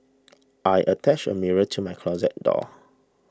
I attached a mirror to my closet door